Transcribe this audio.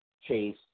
Chase